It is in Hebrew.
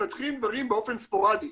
מתפתחים דברים באופן ספורדי.